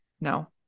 no